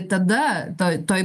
tada toj toj